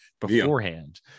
beforehand